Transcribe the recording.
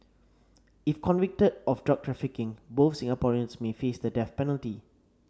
if convicted of drug trafficking both Singaporeans may face the death penalty